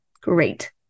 Great